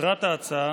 מטרת ההצעה: